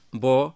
bo